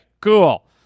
cool